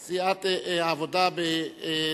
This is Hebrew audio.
של סיעת העבודה בנושא: